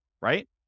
right